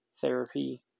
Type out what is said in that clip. therapy